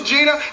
Gina